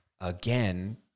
again